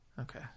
Okay